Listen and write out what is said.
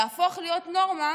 היא תהפוך להיות נורמה